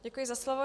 Děkuji za slovo.